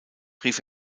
rief